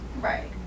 right